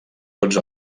tots